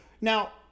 now